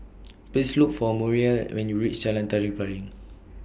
Please Look For Muriel when YOU REACH Jalan Tari Piring